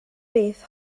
beth